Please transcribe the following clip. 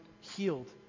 healed